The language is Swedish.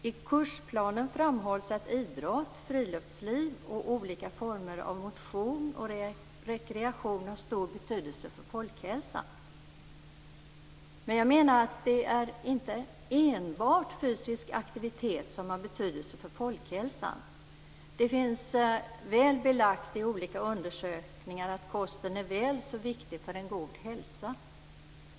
I kursplanen framhålls att idrott, friluftsliv och olika former av motion och rekreation har stor betydelse för folkhälsan. Men jag menar att det inte enbart är fysisk aktivitet som har betydelse för folkhälsan. Det finns noga belagt i olika undersökningar att kosten är väl så viktig för en god hälsa.